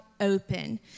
open